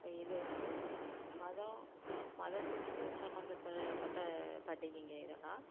இது வந்து மதம் மதத்துக்கு சம்மந்தப்ப பட்ட பண்டிகைங்கள் இதெல்லாம்